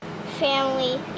family